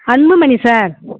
Anbumani sir